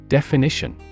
Definition